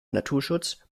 naturschutz